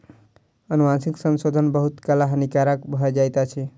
अनुवांशिक संशोधन बहुत काल हानिकारक भ जाइत अछि